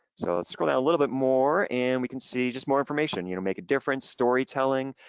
so let's scroll down a little bit more and we can see just more information. you know make a difference storytelling.